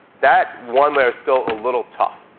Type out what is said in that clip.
that one layer's still a little tough,